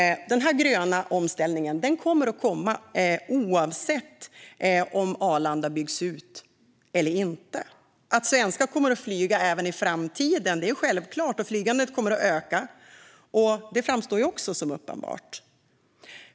Den gröna omställningen kommer oavsett om Arlanda byggs ut eller inte. Svenskar kommer givetvis att flyga även i framtiden, och att flygandet kommer att öka framstår också som uppenbart.